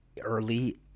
early